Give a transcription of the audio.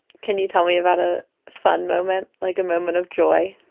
can you tell me about a fun moment, like a moment of joy?